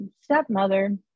stepmother